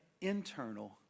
internal